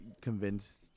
convinced